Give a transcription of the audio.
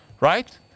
Right